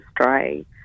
stray